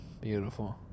Beautiful